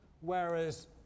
whereas